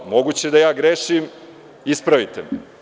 Moguće da ja grešim, ispravite me.